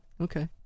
Okay